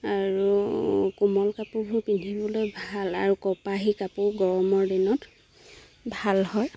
আৰু কোমল কাপোৰবোৰ পিন্ধিবলৈ ভাল আৰু কপাহী কাপোৰ গৰমৰ দিনত ভাল হয়